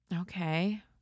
okay